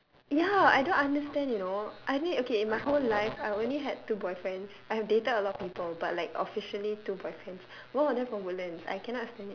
ya I don't understand you know I mean okay in my whole life I only had two boyfriends I have dated a lot of people but like officially two boyfriends both of them from woodlands I cannot stand it